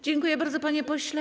Dziękuję bardzo, panie pośle.